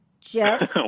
Jeff